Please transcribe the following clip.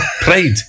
played